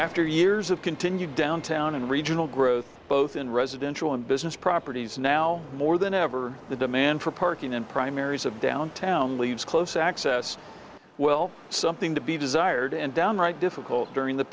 after years of continued downtown and regional growth both in residential and business properties now more than ever the demand for parking and primaries of downtown leaves close access well something to be desired and downright difficult during the